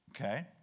Okay